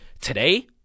today